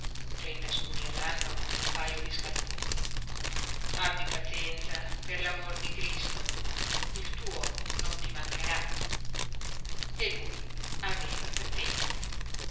trenta scudi all'anno e un paio di scarponi abbi pazienza per l'amor di cristo il tuo non ti mancherà e lui aveva pazienza